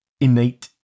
innate